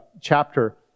chapter